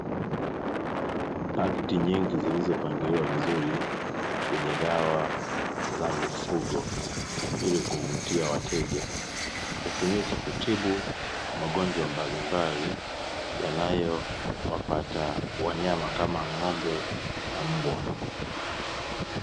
Pakiti nyingi zilizopangiliwa vizuri zenye dawa za mifugo ili kuvutia wateja, hutumika kutibu magonjwa mbalimbali yanayowapata wanyama kama ng'ombe na mbwa.